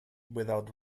without